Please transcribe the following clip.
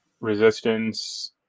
Resistance